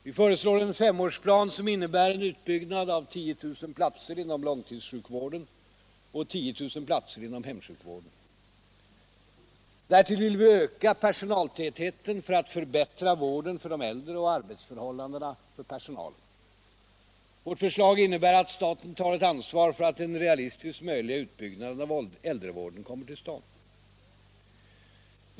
Vi föreslår en femårsplan, som innebär en utbyggnad med 10 000 platser inom långtidssjukvården och 10 000 platser inom hemsjukvården. Därtill vill vi öka personaltätheten för att förbättra vården för de äldre och arbetsförhållandena för personalen. Vårt förslag innebär att staten tar ett ansvar för att den realistiskt möjliga utbyggnaden av äldrevården kommer till stånd.